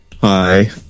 Hi